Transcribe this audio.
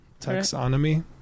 Taxonomy